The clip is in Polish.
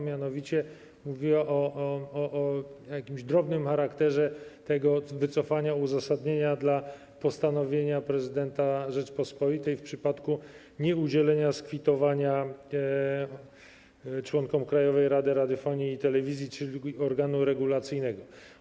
Mianowicie mówiła ona o jakimś drobnym charakterze tego wycofania uzasadnienia dla postanowienia prezydenta Rzeczypospolitej w przypadku nieudzielenia skwitowania członkom Krajowej Rady Radiofonii i Telewizji, czyli organu regulacyjnego.